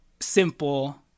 simple